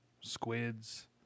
squids